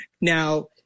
Now